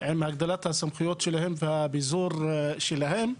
עם הגדלת הסמכויות שלהן והביזור שלהן,